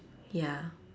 ya